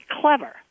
clever